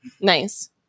Nice